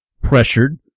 pressured